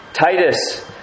Titus